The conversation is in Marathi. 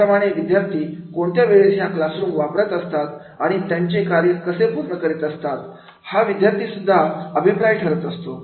त्याप्रमाणे विद्यार्थी कोणत्या वेळेस ह्या क्लासरूम वापरत असतात आणि ते त्यांचे कार्य कसे पूर्ण करत असतात हा विद्यार्थ्यांसाठी सुद्धा अभिप्राय ठरत असेल